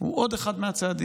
הוא עוד אחד מהצעדים.